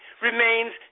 remains